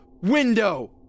window